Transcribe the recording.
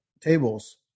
tables